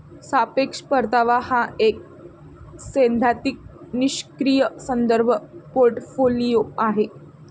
सापेक्ष परतावा हा एक सैद्धांतिक निष्क्रीय संदर्भ पोर्टफोलिओ आहे